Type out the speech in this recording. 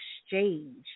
Exchange